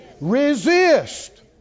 Resist